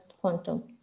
quantum